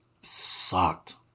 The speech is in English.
sucked